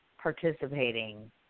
participating